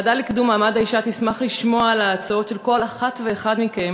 הוועדה לקידום מעמד האישה תשמח לשמוע את ההצעות של כל אחת ואחד מכם